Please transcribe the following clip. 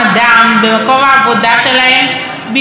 במקום בעבודה בשביל הציבור.